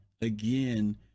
again